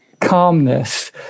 calmness